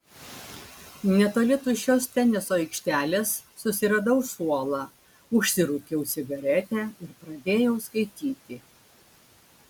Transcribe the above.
netoli tuščios teniso aikštelės susiradau suolą užsirūkiau cigaretę ir pradėjau skaityti